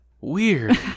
Weird